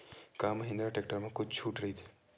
का महिंद्रा टेक्टर मा छुट राइथे?